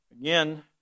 again